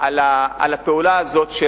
על הפעולה הזאת,